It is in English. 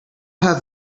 have